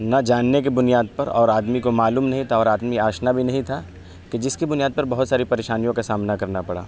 نہ جاننے کی بنیاد پر اور آدمی کو معلوم نہیں تھا اور آدمی آشنا بھی نہیں تھا کہ جس کی بنیاد پر بہت ساری پریشانیوں کا سامنا کرنا پڑا